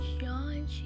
shine